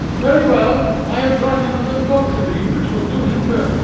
very well. i have brought him a little book to read, which will do him good.